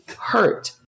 hurt